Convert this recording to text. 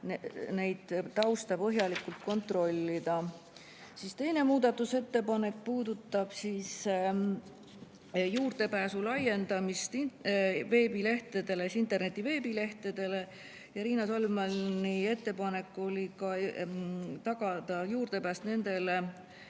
taustu põhjalikult kontrollida. Teine muudatusettepanek puudutab juurdepääsu laiendamist interneti veebilehtedele. Riina Solmani ettepanek oli tagada kinnipeetavate